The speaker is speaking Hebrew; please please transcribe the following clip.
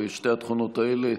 שתי התכונות האלה,